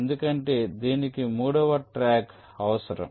ఎందుకంటే దీనికి మూడవ ట్రాక్ అవసరం